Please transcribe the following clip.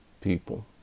people